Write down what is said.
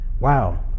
wow